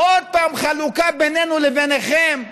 עוד פעם חלוקה בינינו לביניכם.